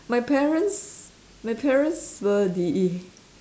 my parents my parents were the